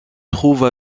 trouve